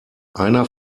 einer